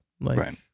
Right